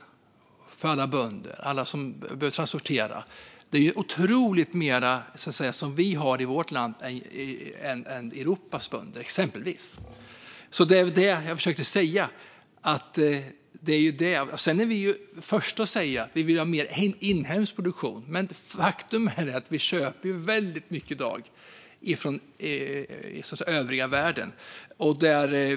Det gör att alla bönder och alla som behöver transportera i vårt land drabbas otroligt mycket mer i jämförelse med Europas bönder, exempelvis. Det var det jag försökte säga. Sedan är vi de första att säga att vi vill ha mer inhemsk produktion, men faktum är att vi i dag köper väldigt mycket från övriga världen.